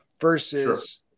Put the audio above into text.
Versus